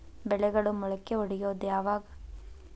ಬೆಳೆಗಳು ಮೊಳಕೆ ಒಡಿಯೋದ್ ಯಾವಾಗ್?